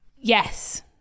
Yes